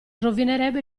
rovinerebbe